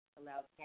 allowed